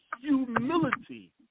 humility